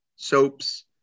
Soaps